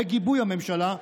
בגיבוי הממשלה,